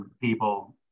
people